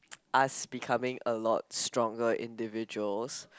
us become a lot stronger individuals